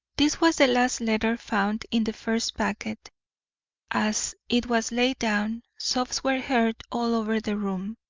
this was the last letter found in the first packet as it was laid down, sobs were heard all over the room,